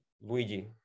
Luigi